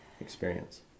experience